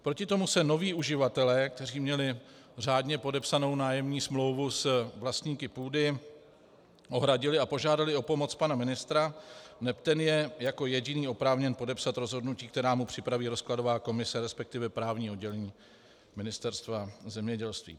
Proti tomu se noví uživatelé, kteří měli řádně podepsanou nájemní smlouvu s vlastníky půdy, ohradili a požádali o pomoc pana ministra, neb ten je jako jediný oprávněn podepsat rozhodnutí, která mu připraví rozkladová komise, resp. právní oddělení Ministerstva zemědělství.